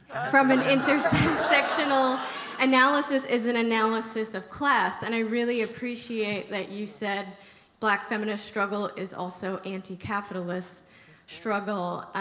from an intersectional analysis is an analysis of class. and i really appreciate that you said black feminist struggle is also anti-capitalist struggle.